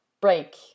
break